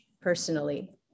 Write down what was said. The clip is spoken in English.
personally